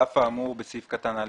על אף האמור בסעיף קטן (א)(6),